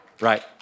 right